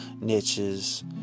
niches